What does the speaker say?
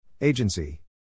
Agency